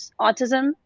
autism